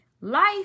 Life